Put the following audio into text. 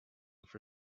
for